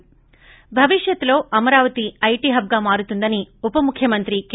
ి భవిష్యత్లో అమరావతి ఐటీ హబ్గా మారుతుందని ఉపముఖ్యమంత్రి కె